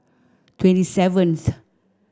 twenty seventh